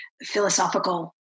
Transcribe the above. philosophical